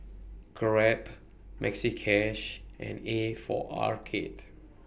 Grab Maxi Cash and A For Arcade